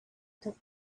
took